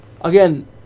again